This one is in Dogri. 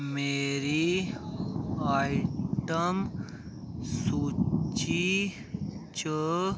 मेरी आइटम सूची च